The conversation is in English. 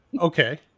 Okay